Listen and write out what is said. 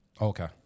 Okay